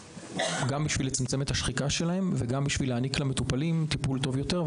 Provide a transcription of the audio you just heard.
בשביל לצמצם את השחיקה שלהם ולהעניק למטופלים טיפול טוב יותר.